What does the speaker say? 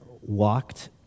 walked